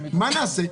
מה נעשה?